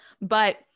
But-